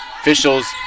officials